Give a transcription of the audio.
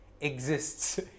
exists